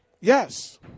Yes